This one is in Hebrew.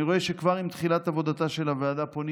אני רואה שכבר עם תחילת עבודתה של הוועדה פונים